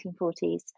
1940s